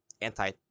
anti